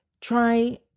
Try